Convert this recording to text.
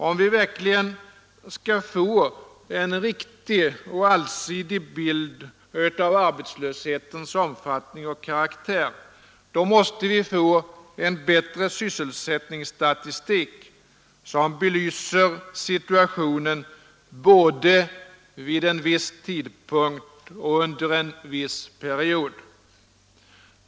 Om vi verkligen skall få en riktig och allsidig bild av arbetslöshetens omfattning och karaktär, måste vi få en bättre sysselsättningsstatistik som belyser situationen både vid en viss tidpunkt och under en viss period.